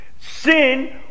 Sin